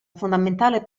fondamentale